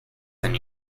than